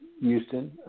Houston